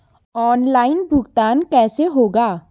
Online भुगतान कैसे होगा?